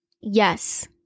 Yes